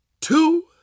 two